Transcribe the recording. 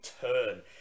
turn